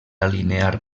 alinear